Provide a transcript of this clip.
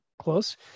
close